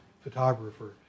photographer